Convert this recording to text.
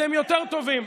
אתם יותר טובים.